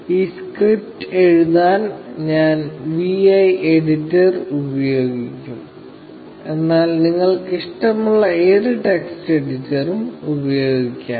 ഈ സ്ക്രിപ്റ്റ് എഴുതാൻ ഞാൻ vi എഡിറ്റർ ഉപയോഗിക്കും എന്നാൽ നിങ്ങൾക്ക് ഇഷ്ടമുള്ള ഏത് ടെക്സ്റ്റ് എഡിറ്ററും ഉപയോഗിക്കാം